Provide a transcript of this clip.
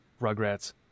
Rugrats